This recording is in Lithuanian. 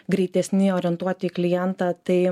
greitesni orientuoti į klientą tai